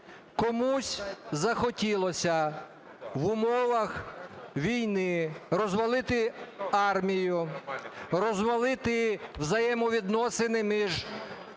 Комусь захотілося в умовах війни розвалити армію, розвалити взаємовідносини між